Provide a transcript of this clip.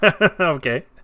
Okay